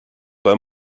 pas